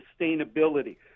sustainability